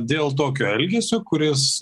dėl tokio elgesio kuris